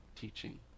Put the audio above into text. teaching